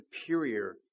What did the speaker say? superior